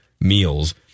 meals